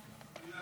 ההצעה